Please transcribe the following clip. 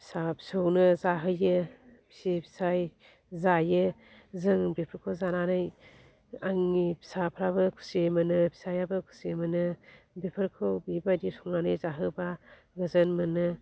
फिसा फिसौनो जाहोयो बिसि फिसाय जायो जों बेफोरखौ जानानै आंनि फिसाफ्राबो खुसि मोनो फिसायाबो खुसि मोनो बेफोरखौ बिबाइदि संनानै जाहोबा गोजोन मोनो